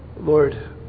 Lord